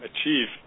achieve